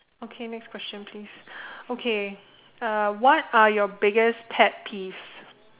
okay next question please okay uh what are your biggest pet peeves